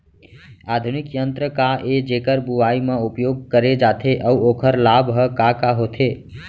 आधुनिक यंत्र का ए जेकर बुवाई म उपयोग करे जाथे अऊ ओखर लाभ ह का का होथे?